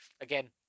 again